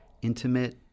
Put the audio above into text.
intimate